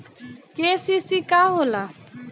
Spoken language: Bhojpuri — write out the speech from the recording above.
के.सी.सी का होला?